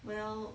well